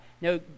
No